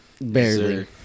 Barely